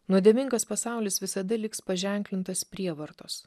nuodėmingas pasaulis visada liks paženklintas prievartos